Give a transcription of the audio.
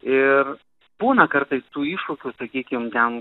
ir būna kartais tų iššūkių sakykim ten